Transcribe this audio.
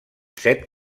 set